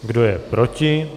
Kdo je proti?